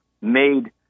made